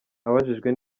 abajijwe